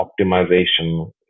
optimization